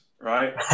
right